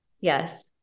Yes